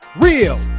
real